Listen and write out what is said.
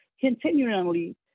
continually